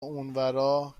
اونورا